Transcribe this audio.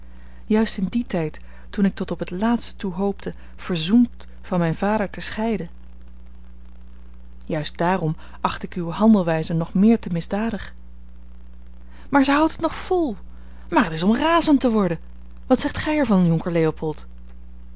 juist in dien tijd toen ik tot op het laatste toe hoopte verzoend van mijn vader te scheiden juist daarom acht ik uwe handelwijze nog te meer misdadig maar zij houdt het nog vol maar het is om razend te worden wat zegt gij er van jonker leopold